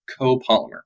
copolymer